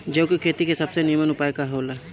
जौ के खेती के सबसे नीमन उपाय का हो ला?